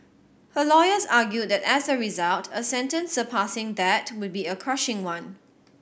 her lawyers argued that as a result a sentence surpassing that would be a crushing one